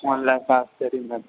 one lakh ಸರಿ ma'am